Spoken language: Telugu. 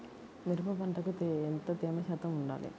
మిరప పంటకు ఎంత తేమ శాతం వుండాలి?